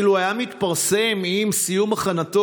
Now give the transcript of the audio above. אילו היה מתפרסם עם סיום הכנתו,